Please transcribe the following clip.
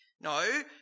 No